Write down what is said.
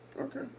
Okay